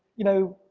you know,